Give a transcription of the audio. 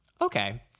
Okay